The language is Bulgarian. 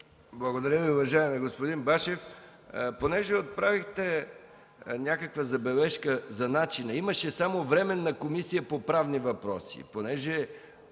Благодаря Ви, уважаеми господин Башев. Понеже отправихте забележка за начина. Имаше само Временна комисия по правни въпроси.